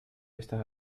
estas